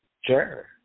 Sure